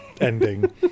ending